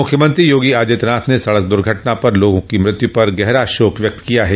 मुख्यमंत्री योगी आदित्यनाथ ने सड़क दुर्घटना पर लोगों की मृत्यु पर गहरा शोक व्यक्त किया है